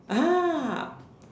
ah